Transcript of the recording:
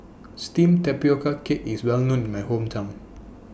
Steamed Tapioca Cake IS Well known in My Hometown